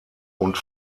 und